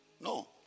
No